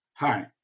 Hi